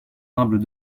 humbles